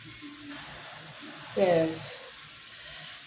yes